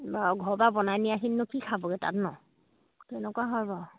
বাৰু ঘৰৰ পৰা বনাই নিয়াখিনিনো কি খাবগৈ তাত নহ্ তেনেকুৱা হয় বাৰু